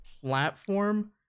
platform